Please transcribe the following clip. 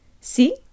See